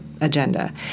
agenda